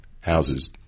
houses